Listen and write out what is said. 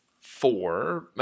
four